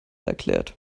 erklärt